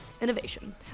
innovation